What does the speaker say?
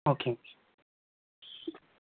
okay